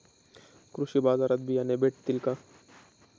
कृषी बाजारात बियाणे भेटतील का?